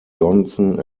johnson